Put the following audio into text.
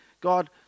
God